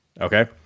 okay